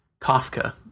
Kafka